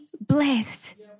blessed